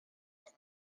unis